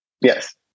Yes